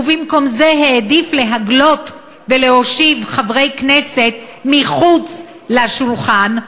ובמקום זה העדיף להגלות ולהושיב חברי כנסת מחוץ לשולחן.